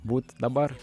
būt dabar